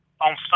on